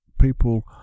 people